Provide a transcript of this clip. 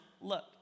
look